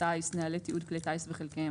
הטיס (נוהלי תיעוד כלי טיס וחלקיהם),